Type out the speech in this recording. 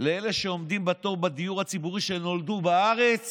לאלה שעומדים בתור לדיור הציבורי שנולדו בארץ